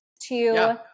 to-